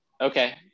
okay